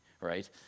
right